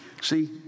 See